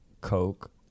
Coke